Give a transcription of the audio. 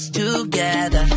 together